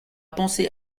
penser